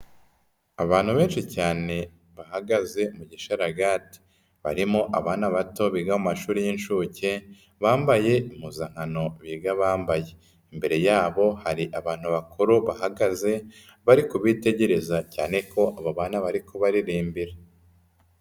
Abantu benshi cyane bahagaze mu gisharagati. Barimo abana bato biga mu mashuri y'inshuke, bambaye impuzankano biga bambaye. Imbere yabo hari abantu bakuru bahagaze, bari kubitegereza cyane ko abo bana bari kubaririmbira.